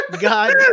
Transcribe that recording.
God